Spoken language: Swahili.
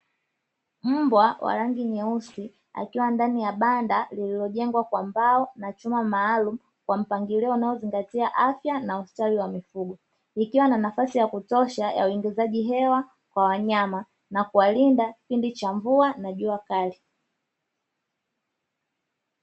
Mbwa wa rangi nyeusi akiwa ndani ya banda lililojengwa kwa mbao na chuma maalumu kwa mpangilio unaozingatia afya na ustawi wa mifugo, ikiwa na nafasi ya kutosha ya uingizaji hewa kwa wanyama na kuwalinda kipindi cha mvua na jua kali.